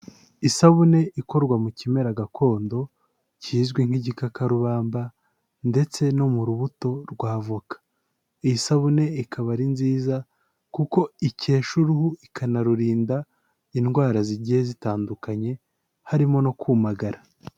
Isabune ikorwa mu kimera gakondo, kizwi nk'igikakarubamba ndetse no mu rubuto rw'avoka, iyi sabune ikaba ari nziza kuko ikesha uruhu ikanarurinda indwara zigiye zitandukanye, harimo no kumagara.